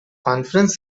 conference